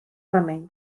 remei